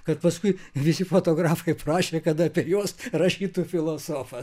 kad paskui visi fotografai prašė kad apie juos rašytų filosofas